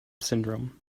syndrome